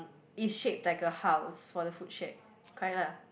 it's shaped like a house for the food shack correct lah